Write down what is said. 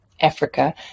Africa